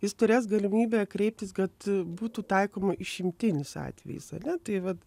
jis turės galimybę kreiptis kad būtų taikoma išimtinis atvejis ane tai vat